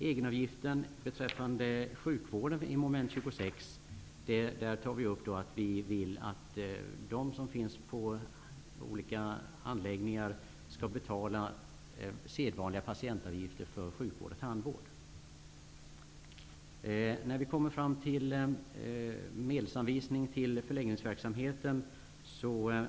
I fråga om egenavgiften i sjukvården i mom. 26 vill vi att de som finns på olika anläggningar skall betala sedvanliga patientavgifter för sjukvård och tandvård. När det gäller medelsanvisningen till förläggningsverksamheten